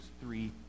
three